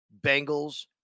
Bengals